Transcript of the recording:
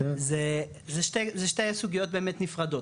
זה שתי סוגיות באמת נפרדות,